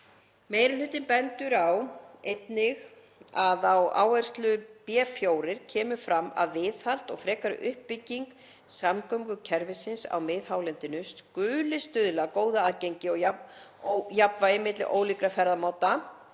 Meiri hlutinn bendir einnig á að í áherslu B.4 kemur fram að viðhald og frekari uppbygging samgöngukerfisins á miðhálendinu skuli stuðla að góðu aðgengi og jafnvægi milli ólíkra ferðamáta,